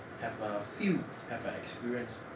have a feel have a experience